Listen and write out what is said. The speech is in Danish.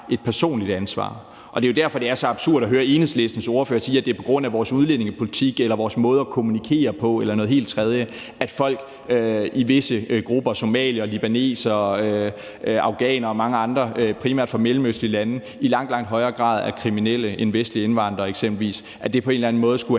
et personligt ansvar. Det er derfor, det er så absurd at høre Enhedslistens ordfører sige, at det er på grund af vores udlændingepolitik eller vores måde at kommunikere på, eller noget helt tredje, at folk i visse grupper – somaliere, libanesere, afghanere og mange andre primært fra mellemøstlige lande – i langt, langt højere grad er kriminelle end eksempelvis vestlige indvandrere. Det er absurd, at det på en eller anden måde skulle have